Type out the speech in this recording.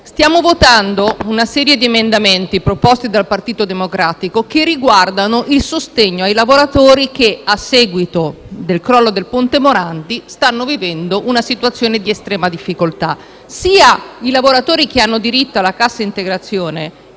stiamo votando una serie di e- mendamenti presentati dal Partito Democratico che riguardano il sostegno ai lavoratori che, a seguito del crollo del ponte Morandi, stanno vivendo una situazione di estrema difficoltà. Mi riferisco sia ai lavoratori che hanno dirit